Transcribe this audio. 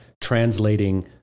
translating